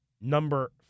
number